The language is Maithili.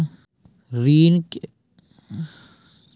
ऋण के भुगतान दूसरा ऋण लेके करऽ सकनी?